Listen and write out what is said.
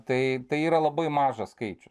tai tai yra labai mažas skaičius